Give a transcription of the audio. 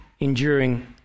enduring